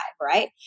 right